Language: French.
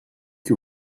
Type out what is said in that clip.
que